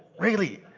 really?